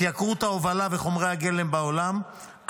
התייקרות ההובלה וחומרי הגלם בעולם,